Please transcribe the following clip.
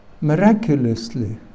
miraculously